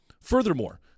Furthermore